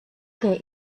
que